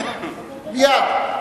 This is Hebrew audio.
מייד.